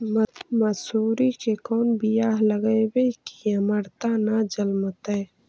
मसुरी के कोन बियाह लगइबै की अमरता न जलमतइ?